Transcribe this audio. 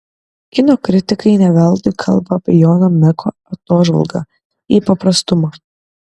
kino kritikai ne veltui kalba apie jono meko atožvalgą į paprastumą